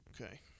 Okay